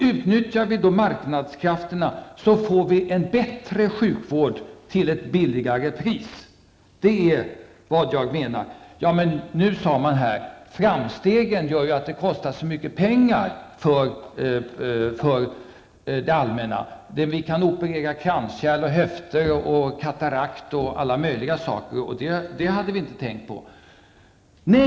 Utnyttjar vi marknadskrafterna får vi en bättre sjukvård till ett lägre pris. Man har sagt här i debatten att framstegen inom medicinen gör att sjukvården kostar så mycket pengar för det allmänna; vi kan ju operera kranskärl, höftleder, katarakt och alla möjliga andra saker. Man antog här i debatten att vi inte hade tänkt på det.